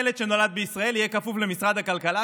ילד שנולד בישראל יהיה כפוך למשרד הכלכלה,